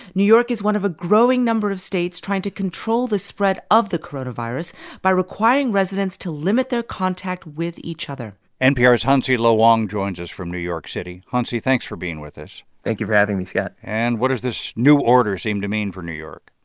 new york is one of a growing number of states trying to control the spread of the coronavirus by requiring residents to limit their contact with each other npr's hansi lo wang joins us from new york city. hansi, thanks for being with us thank you for having me, scott and what does this new order seem to mean for new york?